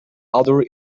other